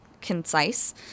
concise